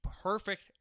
perfect